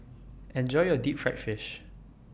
Enjoy your Deep Fried Fish